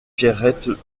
pierrette